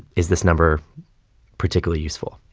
is this number particularly useful?